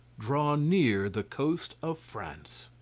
draw near the coast of france.